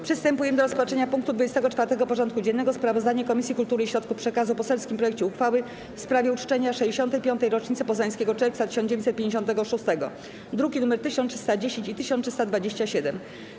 Przystępujemy do rozpatrzenia punktu 24. porządku dziennego: Sprawozdanie Komisji Kultury i Środków Przekazu o poselskim projekcie uchwały w sprawie uczczenia 65-tej rocznicy Poznańskiego Czerwca 1956 (druki nr 1310 i 1327)